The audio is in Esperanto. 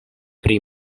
pri